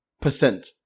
percent